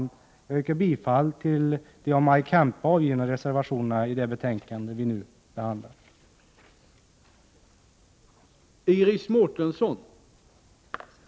Jag yrkar bifall till de av Maj Kempe avgivna reservationerna till det betänkande som vi nu behandlar.